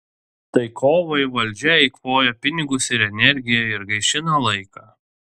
tai kovai valdžia eikvoja pinigus ir energiją ir gaišina laiką